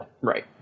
Right